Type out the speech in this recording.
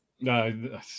No